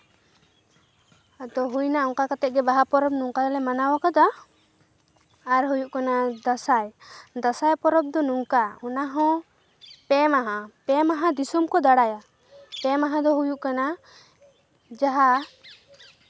ᱟᱫᱚ ᱦᱩᱭᱱᱟ ᱚᱱᱠᱟ ᱠᱟᱛᱮᱫᱜᱮ ᱵᱟᱦᱟ ᱯᱚᱨᱚᱵᱽ ᱱᱚᱝᱠᱟ ᱜᱮᱞᱮ ᱢᱟᱱᱟᱣ ᱟᱠᱟᱫᱟ ᱟᱨ ᱦᱩᱭᱩᱜ ᱠᱟᱱᱟ ᱫᱟᱸᱥᱟᱭ ᱫᱟᱸᱥᱟᱭ ᱯᱚᱨᱚᱵᱽ ᱫᱚ ᱱᱚᱝᱠᱟ ᱚᱱᱟᱦᱚᱸ ᱯᱮ ᱢᱟᱦᱟ ᱯᱮ ᱢᱟᱦᱟ ᱫᱤᱥᱚᱢ ᱠᱚ ᱫᱟᱬᱟᱭᱟ ᱯᱮ ᱢᱟᱦᱟ ᱫᱚ ᱦᱩᱭᱩᱜ ᱠᱟᱱᱟ ᱡᱟᱦᱟᱸ